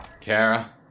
Kara